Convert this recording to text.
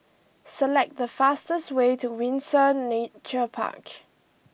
select the fastest way to Windsor Nature Park